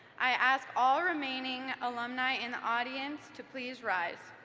i ask all remaining alumni in the audience to please rise.